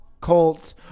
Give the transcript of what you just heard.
Colts